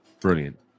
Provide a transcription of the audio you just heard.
Brilliant